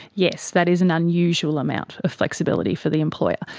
yes, that is an unusual amount of flexibility for the employer.